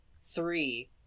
three